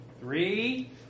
Three